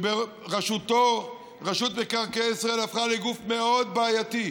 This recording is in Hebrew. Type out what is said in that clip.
שבראשותו רשות מקרקעי ישראל הפכה לגוף מאוד בעייתי.